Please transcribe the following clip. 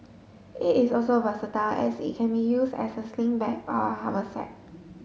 it is also versatile as it can be use as a sling bag or haversack